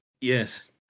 Yes